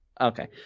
Okay